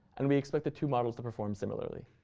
and we expect the two models to perform similarly.